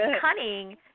cunning